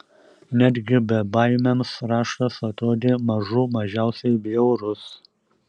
netgi bebaimiams raštas atrodė mažų mažiausiai bjaurus